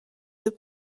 deux